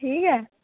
ठीक ऐ